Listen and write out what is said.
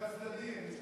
לשני הצדדים.